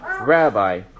Rabbi